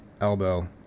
elbow